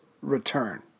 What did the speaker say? return